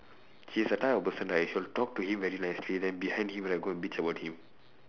he's the type of person right he'll talk to him very nicely then behind him right go and bitch about him